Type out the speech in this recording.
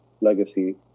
legacy